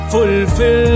Fulfill